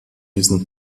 diesen